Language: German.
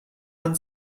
man